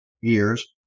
years